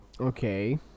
Okay